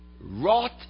Wrought